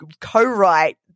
co-write